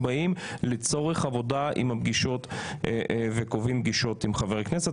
באים לצורך עבודה וקובעים פגישות עם חברי כנסת.